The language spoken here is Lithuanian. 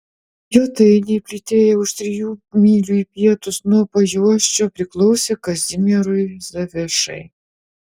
jotainiai plytėję už trijų mylių į pietus nuo pajuosčio priklausė kazimierui zavišai